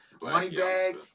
Moneybag